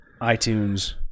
iTunes